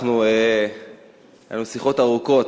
היו לנו שיחות ארוכות,